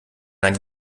einer